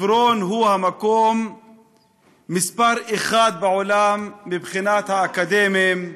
חברון היא המקום מספר אחת בעולם מבחינת האקדמאים,